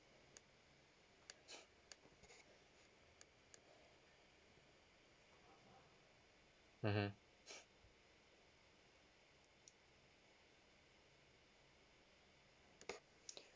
mmhmm